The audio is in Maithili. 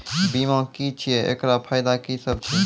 बीमा की छियै? एकरऽ फायदा की सब छै?